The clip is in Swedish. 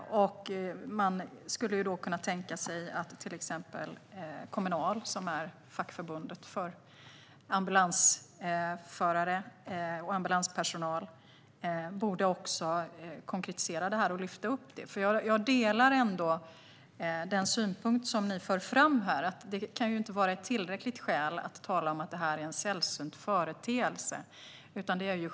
Kommunal, som är fackförbund för ambulansförare och ambulanspersonal, borde konkretisera detta och lyfta upp det. Jag delar er synpunkt att det inte kan vara ett tillräckligt skäl att detta är en sällsynt företeelse.